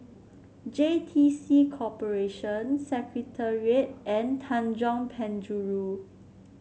J T C Corporation Secretariat and Tanjong Penjuru